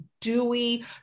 dewy